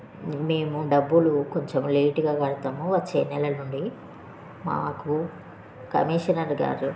మేము డబ్బులు కొంచెం లేటుగా కడతము వచ్చే నెల నుండి మాకు కమీషనర్ గారు